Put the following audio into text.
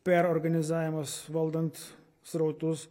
perorganizavimas valdant srautus